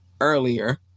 earlier